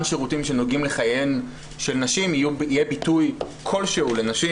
שירותים שנוגעים לחייהן של נשים יהיה ביטוי כלשהו לנשים.